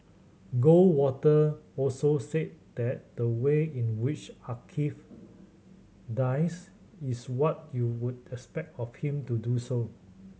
Goldwater also said that the way in which Archie dies is what you would expect of him to do so